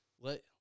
let